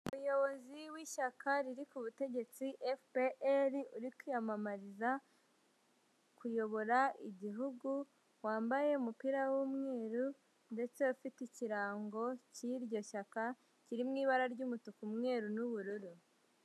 Umuyobozi w'ishyaka riri ku butegetsi FPR uri kwiyamamariza kuyobora Igihugu, wambaye umupira w'umweru ndetse afite ikirango cy'iryo shyaka kiri mu ibara ry'umutuku umweru n'ubururu.